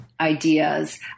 ideas